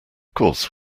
course